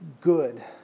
good